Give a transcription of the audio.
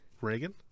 Reagan